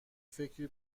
فکری